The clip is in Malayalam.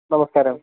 നമസ്കാരം